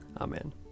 Amen